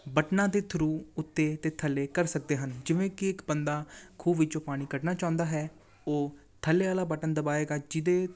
ਬਟਨਾਂ ਦੇ ਥਰੂ ਉੱਤੇ ਅਤੇ ਥੱਲੇ ਕਰ ਸਕਦੇ ਹਨ ਜਿਵੇਂ ਕਿ ਇੱਕ ਬੰਦਾ ਖੂਹ ਵਿੱਚੋਂ ਪਾਣੀ ਕੱਢਣਾ ਚਾਹੁੰਦਾ ਹੈ ਉਹ ਥੱਲੇ ਵਾਲਾ ਬਟਨ ਦਬਾਏਗਾ ਜਿਹਦੇ